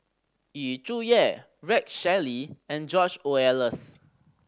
Yu Zhuye Rex Shelley and George Oehlers